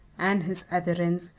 and his adherents,